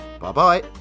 Bye-bye